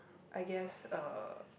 I guess uh